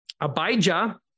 Abijah